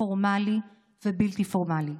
פורמלי ובלתי פורמלי.